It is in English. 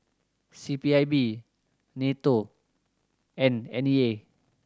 C P I B NATO and N E A